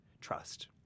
Trust